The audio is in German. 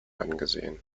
angesehen